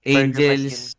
angels